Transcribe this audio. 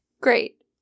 Great